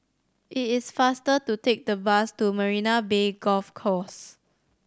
it is faster to take the bus to Marina Bay Golf Course